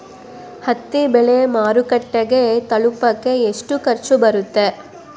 ಹತ್ತಿ ಬೆಳೆ ಮಾರುಕಟ್ಟೆಗೆ ತಲುಪಕೆ ಎಷ್ಟು ಖರ್ಚು ಬರುತ್ತೆ?